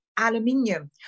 Aluminium